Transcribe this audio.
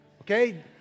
okay